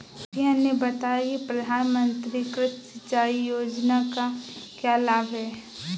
मुखिया ने बताया कि प्रधानमंत्री कृषि सिंचाई योजना का क्या लाभ है?